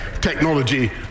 technology